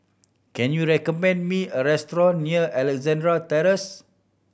can you recommend me a restaurant near Alexandra Terrace